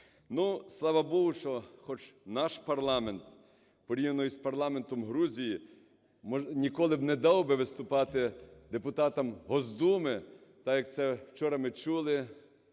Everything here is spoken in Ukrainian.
слава Богу, що хоч наш парламент, порівняно з парламентом Грузії, ніколи б не дав би виступати депутатам Госдумы та, як вчора ми чули,